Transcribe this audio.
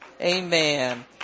Amen